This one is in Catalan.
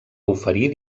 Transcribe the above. oferir